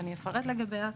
ואפרט לגביה,